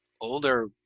older